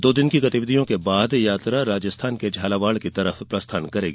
दो दिन की गतिविधियों के बाद यात्रा राजस्थान के झालावाड़ की ओर प्रस्थान करेगी